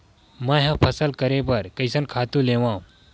मैं ह फसल करे बर कइसन खातु लेवां?